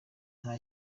nta